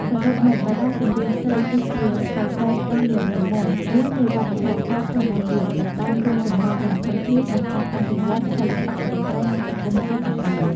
សរុបមក តារាចម្រៀងស្រីគឺជា សសរស្តម្ភដ៏រឹងមាំ មួយនៃវប្បធម៌ប៉ុបកម្ពុជា ដែលបានរួមចំណែកយ៉ាងធំធេងដល់ការអភិវឌ្ឍន៍សិល្បៈ តន្ត្រី និងសង្គមជាតិទាំងមូល។